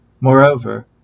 Moreover